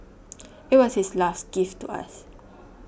it was his last gift to us